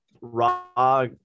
raw